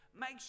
make